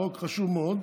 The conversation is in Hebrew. חוק חשוב מאוד,